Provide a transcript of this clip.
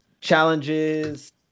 challenges